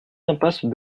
impasse